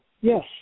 Yes